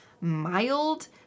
mild